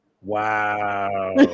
Wow